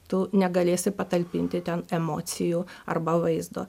tu negalėsi patalpinti ten emocijų arba vaizdo